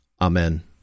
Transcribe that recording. Amen